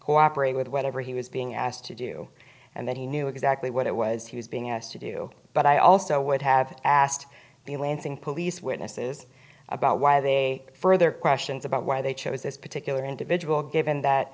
cooperate with whatever he was being asked to do and that he knew exactly what it was he was being asked to do but i also would have asked the lansing police witnesses about why they further questions about why they chose this particular individual given that